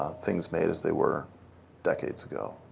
things made as they were decades ago.